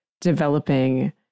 developing